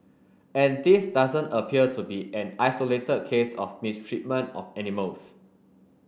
and this doesn't appear to be an isolated case of mistreatment of animals